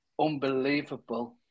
unbelievable